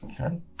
Okay